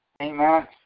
amen